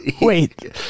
Wait